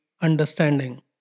Understanding